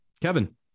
Kevin